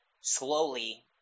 slowly